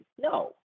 No